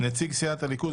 התשמ"ה 1985,